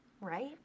right